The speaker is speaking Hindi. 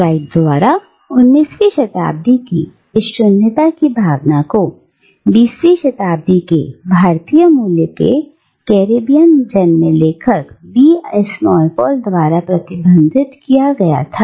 फ्राउड द्वारा 19वीं शताब्दी में इस शून्यता की भावना को बीसवीं शताब्दी के भारतीय मूल के कैरेबियाई जन्मे लेखक वी एस नायपॉल द्वारा प्रतिबंधित किया गया था